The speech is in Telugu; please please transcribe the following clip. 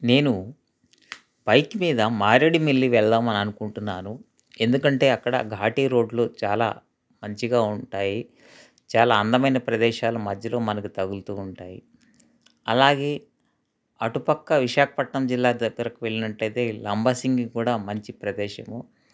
నేను బైక్ మీద మారేడిమిల్లి వెళ్దాము అని అనుకుంటున్నాను ఎందుకంటే అక్కడ ఘాట్ రోడ్లు చాలా మంచిగా ఉంటాయి చాలా అందమైన ప్రదేశాలు మధ్యలో మనకు తగులుతూ ఉంటాయి అలాగే అటుపక్క విశాఖపట్నం జిల్లా దగ్గరకు వెళ్ళినట్లయితే లంబసింగి కూడా మంచి ప్రదేశము